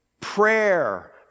prayer